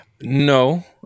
No